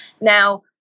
now